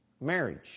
marriage